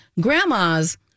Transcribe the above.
Grandmas